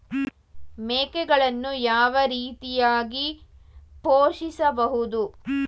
ಮೇಕೆಗಳನ್ನು ಯಾವ ರೀತಿಯಾಗಿ ಪೋಷಿಸಬಹುದು?